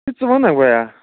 یہِ ژٕ وَنکھ بیا